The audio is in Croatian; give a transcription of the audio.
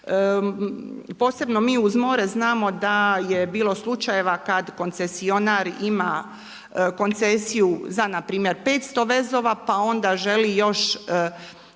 Posebno mi uz more znamo da je bilo slučajeva kad koncesionar ima koncesiju za npr. 500 vezova, pa onda želi još